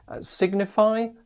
Signify